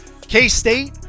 K-State